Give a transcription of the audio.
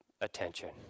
attention